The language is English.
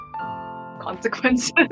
Consequences